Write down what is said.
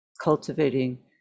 cultivating